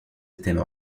étaient